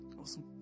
Awesome